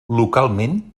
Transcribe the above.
localment